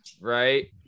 right